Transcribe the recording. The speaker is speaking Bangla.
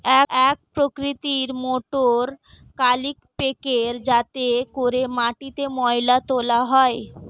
এক প্রকৃতির মোটর কাল্টিপ্যাকের যাতে করে মাটিতে ময়লা তোলা হয়